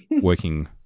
working